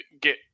get